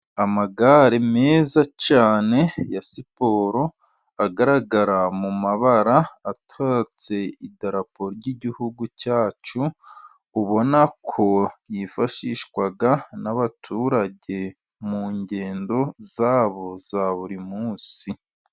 Amagare meza cyane ya siporo, agaragara mu mabara atatse idarapo ry’igihugu cyacu, ubona ko yifashishwa n’abaturage mu ngendo zabo za buri munsi.